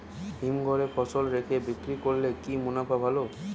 হিমঘরে ফসল রেখে বিক্রি করলে কি মুনাফা ভালো?